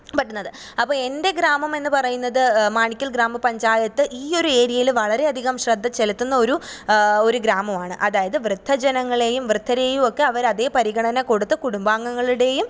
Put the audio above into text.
പറ്റുന്നത് അപ്പം എന്റെ ഗ്രാമമെന്ന് പറയുന്നത് മാണിക്ക്യല് ഗ്രാമപഞ്ചായത്ത് ഈ ഒരു ഏരിയയിൽ വളരെ അധികം ശ്രദ്ധചെലുത്തുന്ന ഒരു ഒരു ഗ്രാമമാണ് അതായത് വൃദ്ധജനങ്ങളേയും വൃദ്ധരേയുമൊക്കെ അവർ അതേ പരിഗണന കൊടുത്ത് കുടുംബാംഗങ്ങളുടേയും